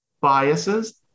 biases